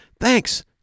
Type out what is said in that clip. Thanks